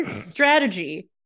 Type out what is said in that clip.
strategy